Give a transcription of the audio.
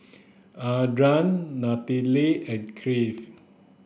Arden Nanette and Cliff